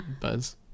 Buzz